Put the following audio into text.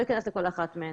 לא אכנס לכל אחת מהן.